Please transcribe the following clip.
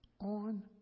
on